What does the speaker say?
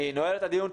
אני נועל את הדיון.